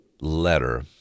letter